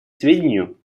сведению